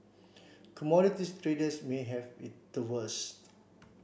commodities traders may have it the worst